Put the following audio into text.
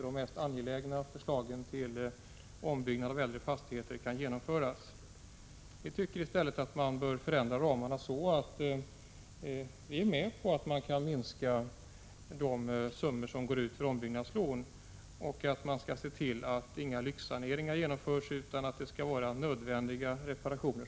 De mest angelägna förslagen till ombyggnad av äldre fastigheter kommer kanske inte att kunna genomföras. Också vi tycker att de medel som står till förfogande för ombyggnadslån skall minskas. Inga lyxsaneringar skall genomföras utan endast nödvändiga reparationer.